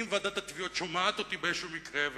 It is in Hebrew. ואם ועידת התביעות שומעת אותי במקרה,